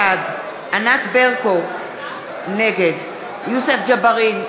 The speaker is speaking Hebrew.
בעד ענת ברקו, נגד יוסף ג'בארין,